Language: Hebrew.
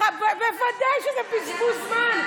השיימינג שאתם עושים, בוודאי שזה בזבוז זמן.